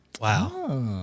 Wow